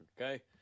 Okay